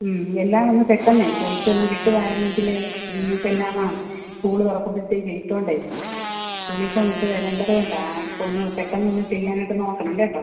എല്ലാം ഒന്ന് പെട്ടെന്നേ തയ്ച്ചൊന്ന് കിട്ടുമായിരുന്നെങ്കിൽ നിങ്ങൾക്ക് എല്ലാം ആ സ്കൂൾ തുറക്കുമ്പോഴത്തേക്ക് ഇട്ടോണ്ടേ യൂണിഫോം ഇട്ട് വരേണ്ടത് കൊണ്ടാണ് ആ അപ്പോൾ ഒന്ന് പെട്ടെന്ന് ഒന്ന് ചെയ്യാനായിട്ട് നോക്കണം കേട്ടോ